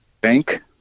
bank